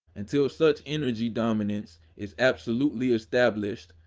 until such energy dominance is absolutely established,